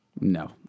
No